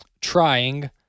trying